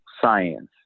science